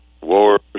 wars